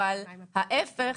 אבל ההפך,